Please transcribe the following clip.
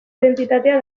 identitatea